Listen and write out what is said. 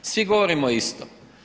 Svi govorimo isto.